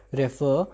refer